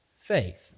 faith